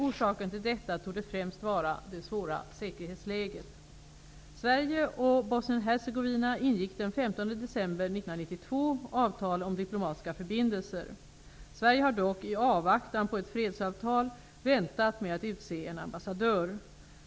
Orsaken till detta torde främst vara det svåra säkerhetsläget. Sverige har dock, i avvaktan på ett fredsavtal, väntat med att utse en ambassadör.